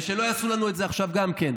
ושלא יעשו לנו את זה גם עכשיו.